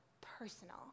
personal